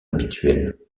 habituel